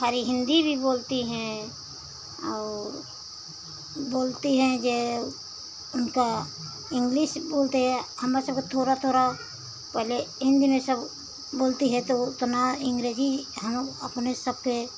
खारी हिन्दी भी बोलती हैं और बोलती हैं जो उनका इंग्लिश बोलते हैं हम सबका थोड़ा थोड़ा पहले हिन्दी में सब बोलती है तो उतना अँग्रेजी हम अपने सबके